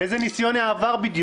איזה ניסיון עבר?